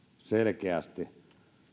selkeästi